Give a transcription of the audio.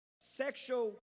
sexual